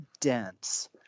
dense